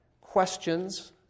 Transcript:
questions